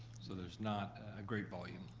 so there's not a great volume.